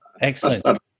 excellent